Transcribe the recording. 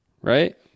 Right